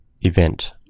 event